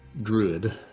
Druid